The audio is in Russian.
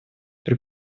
при